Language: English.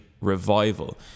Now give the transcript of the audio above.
revival